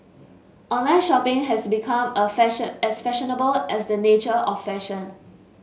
online shopping has become a fashion as fashionable as the nature of fashion